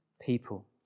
people